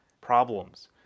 problems